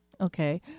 Okay